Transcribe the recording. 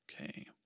Okay